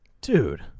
Dude